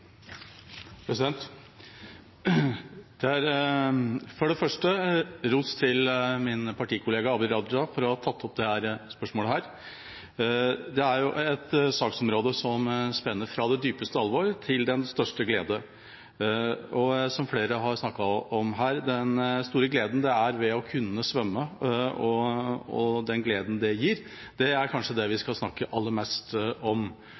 For det første vil jeg gi ros til min partikollega Abid Q. Raja for å ha tatt opp dette spørsmålet. Dette er jo et saksområde som spenner fra det dypeste alvor til den største glede. Flere har snakket om den store gleden det er å kunne svømme, og den gleden det gir, er kanskje det vi skal snakke aller mest om.